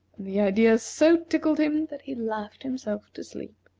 the idea so tickled him, that he laughed himself to sleep.